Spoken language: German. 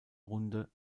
runde